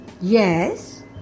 Yes